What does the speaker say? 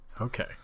Okay